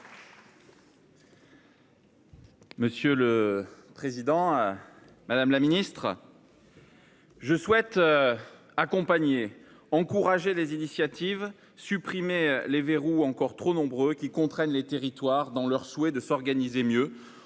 Monsieur le président, madame la ministre, mes chers collègues, « je souhaite accompagner, encourager les initiatives, supprimer les verrous encore trop nombreux qui contraignent les territoires dans leur souhait de s'organiser mieux,